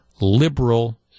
liberal